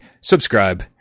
subscribe